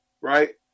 right